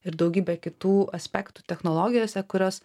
ir daugybė kitų aspektų technologijose kurios